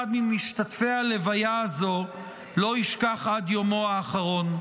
ממשתתפי הלוויה הזאת לא ישכח עד יומו האחרון.